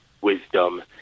wisdom